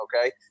Okay